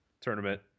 tournament